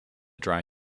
dry